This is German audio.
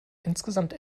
insgesamt